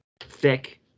thick